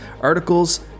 articles